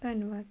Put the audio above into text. ਧੰਨਵਾਦ